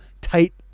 tight-